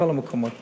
בכל המקומות.